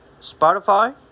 Spotify